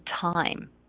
time